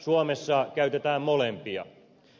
suomessa käytetään molempia